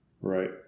Right